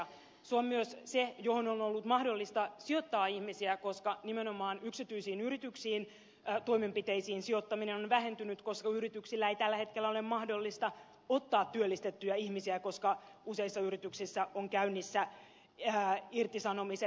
se on myös se johon on ollut mahdollista sijoittaa ihmisiä koska nimenomaan yksityisten yritysten toimenpiteisiin sijoittaminen on vähentynyt koska yrityksillä ei tällä hetkellä ole mahdollisuutta ottaa työllistettyjä ihmisiä koska useissa yrityksissä ovat käynnissä irtisanomiset